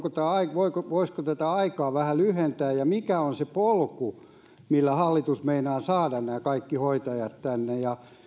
voisiko tätä aikaa vähän lyhentää ja mikä on se polku millä hallitus meinaa saada nämä kaikki hoitajat tänne